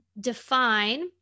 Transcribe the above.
define